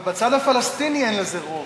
אבל בצד הפלסטיני אין לזה רוב,